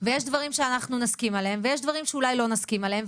יש דברים שאנחנו נסכים עליהם ויש דברים שאולי לא נסכים עליהם,